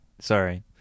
Sorry